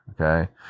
Okay